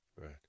Right